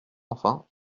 enfin